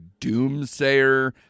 doomsayer